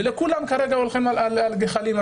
וכולם כרגע הולכים על ביצים.